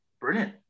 brilliant